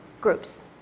groups